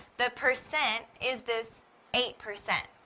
the percent is this eight percent,